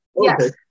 Yes